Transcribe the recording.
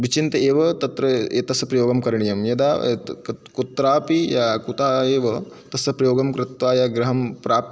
विचिन्त्य एव तत्र एतस्य प्रयोगं करणीयं यदा यत् कुत् कुत्रापि य कुतः एव तस्य प्रयोगं कृत्वा या गृहं प्रा